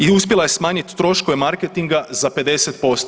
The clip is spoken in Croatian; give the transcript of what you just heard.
I uspjela je smanjiti troškove marketinga za 50%